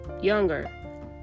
younger